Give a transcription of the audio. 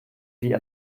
wie